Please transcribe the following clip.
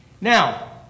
Now